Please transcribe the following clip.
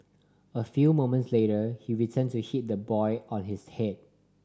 a few moments later he return to hit the boy on his head